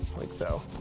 like so.